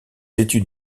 études